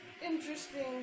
interesting